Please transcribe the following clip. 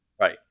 Right